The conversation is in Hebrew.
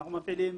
אנחנו מפעילים